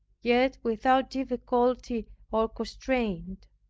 yet without difficulty or constraint,